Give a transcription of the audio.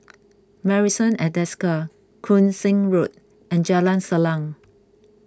Marrison at Desker Koon Seng Road and Jalan Salang